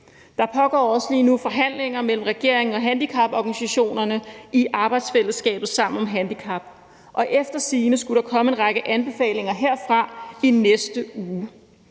lige nu forhandlinger mellem regeringen og handicaporganisationerne i arbejdsfællesskabet Sammen om Handicap, og efter sigende skulle der komme en række anbefalinger herfra i næste uge.